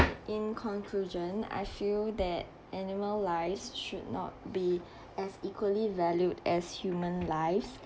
in conclusion I feel that animal lives should not be as equally valued as human lives